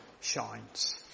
shines